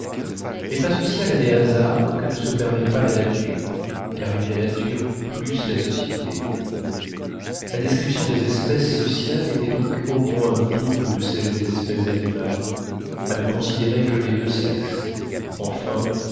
l'état social a des hasards que ne se permet pas la nature car il est la nature plus la société la description des espèces sociales était donc au moins double de celle des espèces animales à ne considérer que les deux sexes enfin